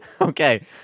Okay